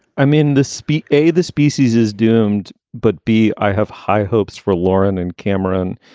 i mean, the speak a, the species is doomed but b, i have high hopes for lauren and cameron.